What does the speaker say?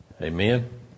Amen